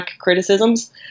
criticisms